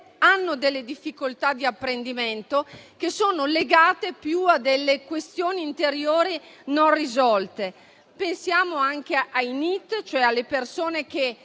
hanno delle difficoltà di apprendimento legate più a delle questioni interiori non risolte. Pensiamo anche ai NEET, cioè alle persone che